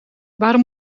waarom